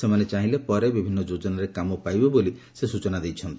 ସେମାନେ ଚାହିଲେ ପରେ ବିଭିନ୍ନ ଯୋଜନାରେ କାମ ପାଇବେ ବୋଲି ସୂଚନା ଦେଇଛନ୍ତି